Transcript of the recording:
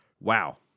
Wow